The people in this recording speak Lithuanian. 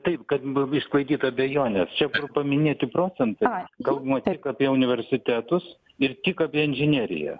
taip kad išsklaidyt abejones čia paminėti procentai kalbama tik apie universitetus ir tik apie inžineriją